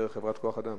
דרך חברת כוח-אדם.